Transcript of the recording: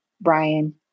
Brian